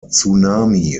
tsunami